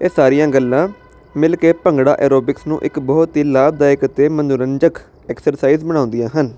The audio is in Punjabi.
ਇਹ ਸਾਰੀਆਂ ਗੱਲਾਂ ਮਿਲ ਕੇ ਭੰਗੜਾ ਐਰੋਬਿਕਸ ਨੂੰ ਇੱਕ ਬਹੁਤ ਹੀ ਲਾਭਦਾਇਕ ਤੇ ਮਨੋਰੰਜਕ ਐਕਸਰਸਾਈਜ਼ ਬਣਾਉਂਦੀਆਂ ਹਨ